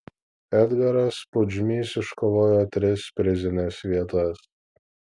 edgaras pudžmys iškovojo tris prizines vietas